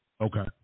Okay